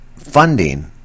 funding